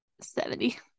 Seventy